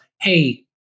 hey